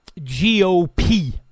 GOP